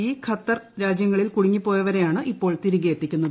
E Qatar രാജ്യങ്ങളിൽ കുടുങ്ങിപ്പോയവരെയാണ് ഇപ്പോൾ തിരികെ എത്തിക്കുന്നത്